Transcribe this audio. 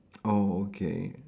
oh okay